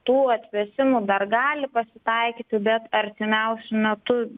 tų atvėsimų dar gali pasitaikyti bet artimiausiu metu